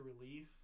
relief